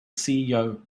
ceo